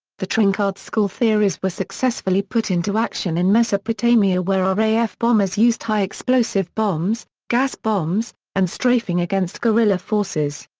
the trenchard school theories were successfully put into action in mesopotamia where ah raf bombers used high-explosive bombs, gas bombs, and strafing against guerrilla forces.